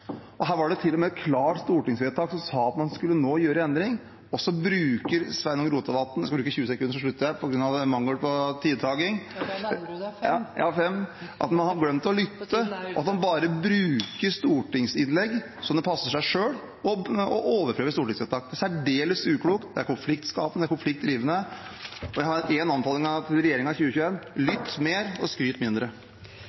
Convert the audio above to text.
Her var det til og med et klart stortingsvedtak som sa at man nå skulle gjøre en endring, og så bruker Sveinung Rotevatn – jeg skal bruke 20 sekunder til slutt på grunn av mangel på tidtaking. Da nærmer du deg 5 – tiden er ute. Man har glemt å lytte, man bruker bare stortingsinnlegg som det passer en selv, og overprøver stortingsvedtak. Det er